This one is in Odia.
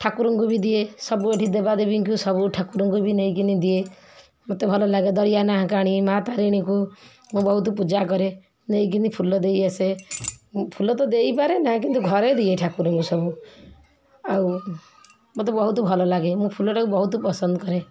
ଠାକୁରଙ୍କୁ ବି ଦିଏ ସବୁ ଏଇଠି ଦେବାଦେବୀଙ୍କୁ ସବୁ ଠାକୁରଙ୍କୁ ବି ନେଇକିନି ଦିଏ ମୋତେ ଭଲ ଲାଗେ ଦରିଆ ନାହା କାହାଣି ମା ତାରିଣୀକୁ ମୁଁ ବହୁତ ପୂଜା କରେ ନେଇକିନି ଫୁଲ ଦେଇ ଆସେ ଫୁଲ ତ ଦେଇପାରେ ନା କିନ୍ତୁ ଘରେ ଦିଏ ଠାକୁରଙ୍କୁ ସବୁ ଆଉ ମୋତେ ବହୁତ ଭଲ ଲାଗେ ମୁଁ ଫୁଲଟାକୁ ବହୁତ ପସନ୍ଦ କରେ